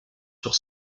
sur